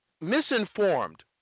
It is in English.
misinformed